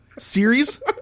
Series